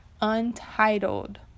untitled